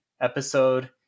episode